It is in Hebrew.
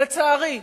לצערי,